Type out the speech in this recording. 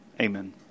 amen